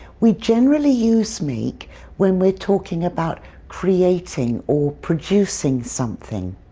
we generally use make when we're talking about creating or producing something.